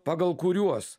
pagal kuriuos